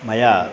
मया